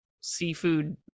seafood